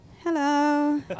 hello